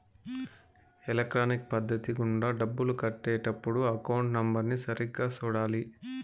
electronic పద్ధతి గుండా డబ్బులు కట్టే టప్పుడు అకౌంట్ నెంబర్ని సరిగ్గా సూడాలి